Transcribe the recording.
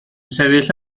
sefyll